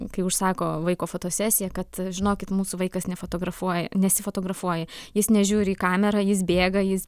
kai užsako vaiko fotosesiją kad žinokit mūsų vaikas nefotografuoja nesifotografuoja jis nežiūri į kamerą jis bėga jis